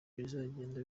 bizagenda